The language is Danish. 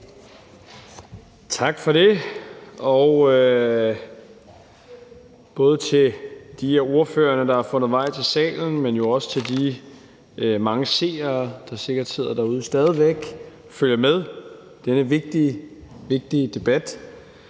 Tak for det. Henvendt til både de ordfører, der har fundet vej til salen, men jo også til de mange seere, der sikkert stadig væk sidder derude og følger med i denne vigtige debat,